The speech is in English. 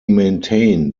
maintained